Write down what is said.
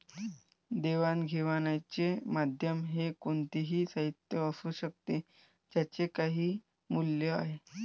देवाणघेवाणीचे माध्यम हे कोणतेही साहित्य असू शकते ज्याचे काही मूल्य आहे